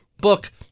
book